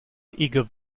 igor